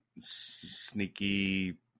Sneaky